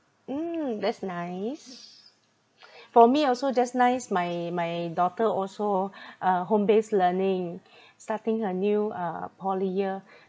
mm that's nice for me also just nice my my daughter also uh home based learning starting her new uh poly year